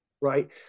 right